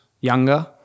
younger